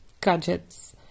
gadgets